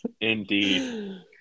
indeed